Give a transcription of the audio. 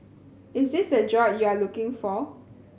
is this the droid you're looking for